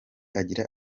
agira